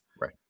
Right